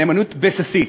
נאמנות בסיסית,